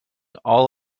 all